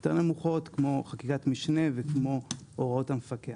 יותר נמוכות כמו חקיקת משנה וכמו הוראות המפקח.